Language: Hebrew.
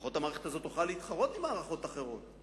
שלפחות המערכת הזאת תוכל להתחרות עם מערכות אחרות.